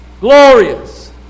glorious